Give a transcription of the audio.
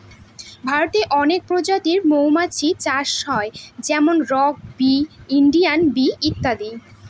ভারতে অনেক প্রজাতির মৌমাছি চাষ হয় যেমন রক বি, ইন্ডিয়ান বি ইত্যাদি